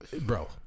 Bro